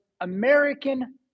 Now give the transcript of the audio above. american